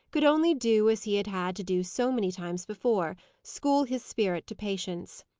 could only do as he had had to do so many times before school his spirit to patience.